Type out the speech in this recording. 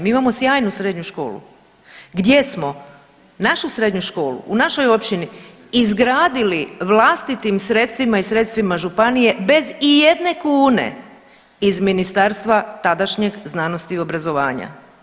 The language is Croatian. Mi imamo sjajnu srednju školu, gdje smo našu srednju školu, u našoj općini izgradili vlastitim sredstvima i sredstvima županije bez ijedne kune iz ministarstva tadašnjeg znanosti i obrazovanja.